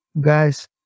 guys